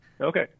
Okay